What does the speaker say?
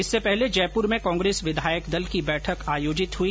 इससे पहले जयपुर में कांग्रेस विधायक दल की बैठक आयोजित हुई